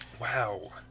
wow